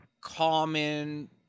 common